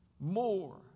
more